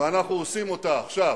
ואנחנו עושים זאת עכשיו